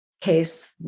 case